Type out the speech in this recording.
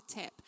tip